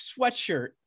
sweatshirt